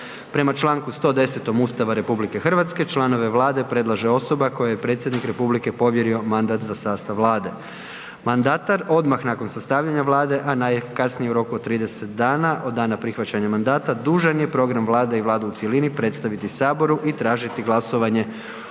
Prema čl. 110. Ustava RH članove Vlade predlaže osoba koja je predsjednik republike povjerio mandat za sastav Vlade. Mandatar odmah nakon sastavljanja vlade, a najkasnije u roku od 30 dana od dana prihvaćanja mandata dužan je program Vlade i Vladu u cjelini predstaviti Saboru i tražiti glasovanje